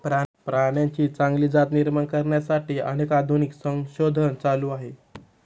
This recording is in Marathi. प्राण्यांची चांगली जात निर्माण करण्यासाठी अनेक आधुनिक संशोधन चालू आहे